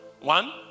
One